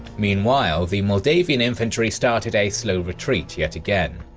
meanwhile, the moldavian infantry started a slow retreat yet again,